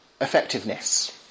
effectiveness